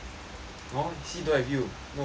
orh see don't have you no that's my friend